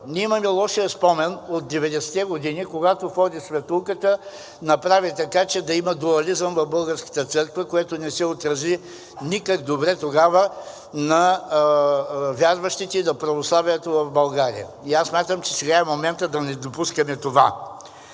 Ние имаме лошия спомен от 90-те години, когато Фори Светулката направи така, че да има дуализъм в българската църква, което не се отрази никак добре тогава на вярващите и на православието в България. И аз смятам, че сега е моментът да не допускаме това.